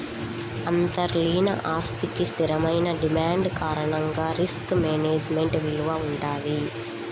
అంతర్లీన ఆస్తికి స్థిరమైన డిమాండ్ కారణంగా రిస్క్ మేనేజ్మెంట్ విలువ వుంటది